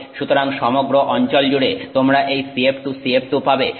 সুতরাং সমগ্র অঞ্চল জুড়ে তোমরা এই CF2CF2 পাবে